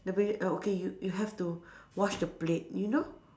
the p~ err okay you you have to wash the plate you know